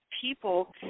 people